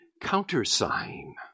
countersign